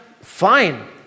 fine